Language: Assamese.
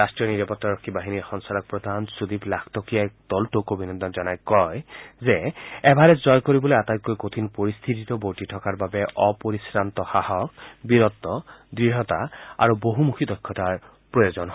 ৰাষ্ট্ৰীয় নিৰাপত্তাৰক্ষী বাহিনীৰ সঞ্চালক প্ৰধান সূদীপ লাখটকীয়াই দলটোক অভিনন্দন জনাই কয় যে এভাৰেষ্ট জয় কৰিবলৈ আটাইতকৈ কঠিন পৰিস্থিতিতো বৰ্তি থকাৰ বাবে অপৰিশ্ৰান্ত সাহস বীৰত্ব দৃঢ়তা আৰু বহুমুখী দক্ষতাৰ প্ৰয়োজন হয়